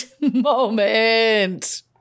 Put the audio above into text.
moment